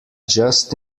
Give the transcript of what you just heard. just